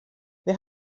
wir